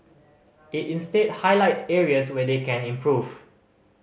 it instead highlights areas where they can improve